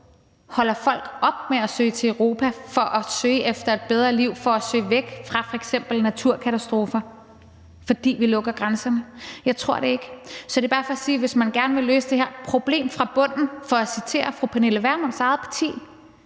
folk holder op med at søge til Europa for at få et bedre liv og for at søge væk fra f.eks. naturkatastrofer, fordi vi lukker grænserne. Jeg tror det ikke. Så det er bare for at sige, at hvis man gerne vil løse det her problem fra bunden – for at citere fru Pernille Vermunds eget parti